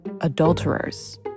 Adulterers